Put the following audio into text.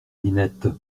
ninette